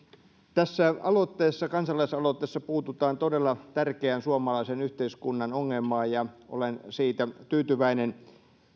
tässä kansalaisaloitteessa puututaan todella tärkeään suomalaisen yhteiskunnan ongelmaan ja olen siitä tyytyväinen